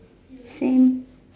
same